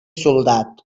soldat